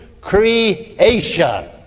creation